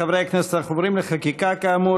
חברי הכנסת, אנחנו עוברים לחקיקה, כאמור.